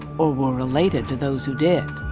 or were related to those who did.